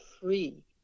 free